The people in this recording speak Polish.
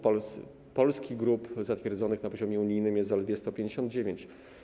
Polskich grup zatwierdzonych na poziomie unijnym jest zaledwie 159.